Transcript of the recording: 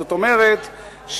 זאת אומרת,